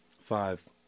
five